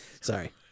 Sorry